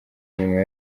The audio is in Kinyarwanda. inyuma